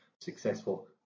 successful